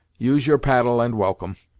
use your paddle and welcome.